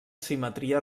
simetria